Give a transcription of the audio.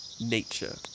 nature